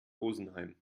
rosenheim